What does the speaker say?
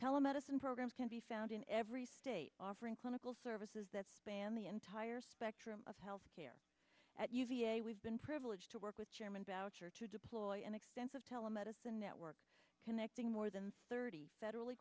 telemedicine programs can be found in every state offering clinical services that span the entire spectrum of health care at uva we've been privileged to work with chairman boucher to deploy an extensive telemedicine network connecting more than thirty federally